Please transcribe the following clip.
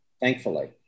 thankfully